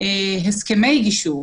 הסכמי גישור.